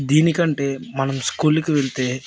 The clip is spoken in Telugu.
దీనికంటే మనం స్కూల్కి వెళ్తే